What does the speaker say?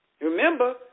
Remember